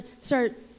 start